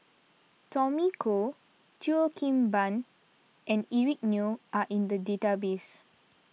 Tommy Koh Cheo Kim Ban and Eric Neo are in the database